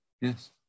Yes